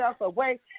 away